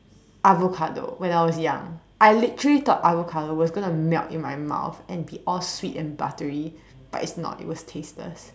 avocado when I was young I literally thought avocado was going to melt in my mouth and be all sweet and buttery but it's not it was tasteless